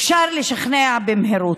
אפשר לשכנע במהירות,